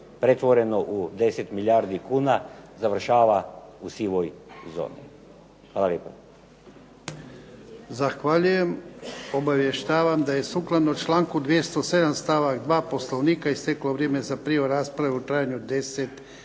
pretvoreno u 10 milijardi kuna, završava u sivoj zoni. Hvala lijepa.